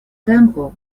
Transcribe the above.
tempo